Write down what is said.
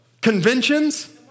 conventions